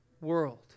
world